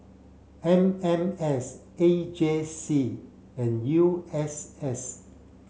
M M S A J C and U S S